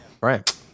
right